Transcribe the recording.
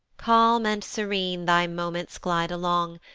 calm and serene thy moments glide along,